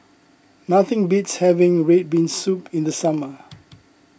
nothing beats having Red Bean Soup in the summer